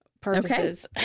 Purposes